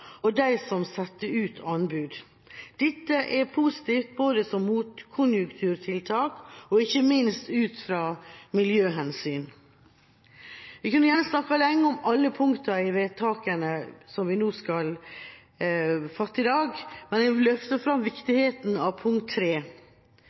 og dem som setter ut anbud. Dette er positivt både som motkonjunkturtiltak og ikke minst ut fra miljøhensyn. Jeg kunne gjerne snakket lenge om alle punktene i vedtakene som vi skal fatte i dag, men vil løfte fram viktigheten av